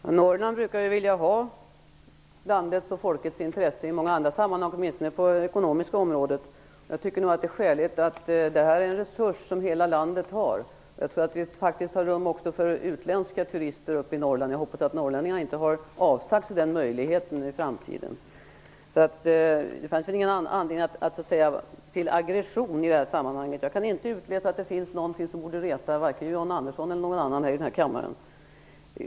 Fru talman! Norrland brukar ju vilja ha landets och folkets intresse i många andra sammanhang, åtminstone på det ekonomiska området. Jag tycker nog att det är skäligt att betrakta dessa områden om en resurs för hela landet. Jag tror också att vi faktiskt har rum även för utländska turister uppe i Norrland. Jag hoppas att norrlänningarna inte har avsagt sig den möjligheten för framtiden. Det fanns väl ingen anledning till aggression i detta sammanhang. Jag kan inte se att det finns någonting som borde reta John Andersson eller någon annan i den här kammaren.